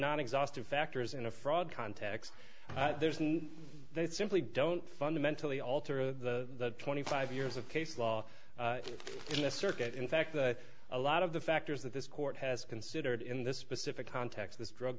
non exhaustive factors in a fraud context there's no they simply don't fundamentally alter the twenty five years of case law in the circuit in fact that a lot of the factors that this court has considered in this specific context this drug